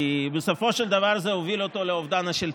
כי בסופו של דבר זה הוביל אותו לאובדן השלטון.